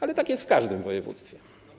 Ale tak jest w każdym województwie.